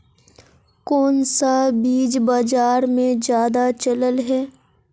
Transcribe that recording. कोन सा बीज बाजार में ज्यादा चलल है?